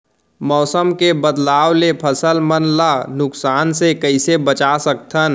मौसम के बदलाव ले फसल मन ला नुकसान से कइसे बचा सकथन?